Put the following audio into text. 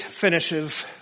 finishes